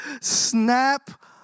snap